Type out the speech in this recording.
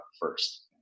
first